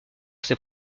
ses